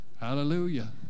Hallelujah